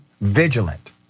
vigilant